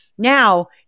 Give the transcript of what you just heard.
Now